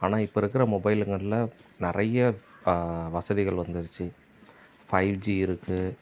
ஆனால் இப்போ இருக்கிற மொபைலுங்களில் நிறைய வசதிகள் வந்துருச்சு ஃபைவ் ஜி இருக்குது